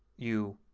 you